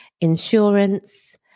insurance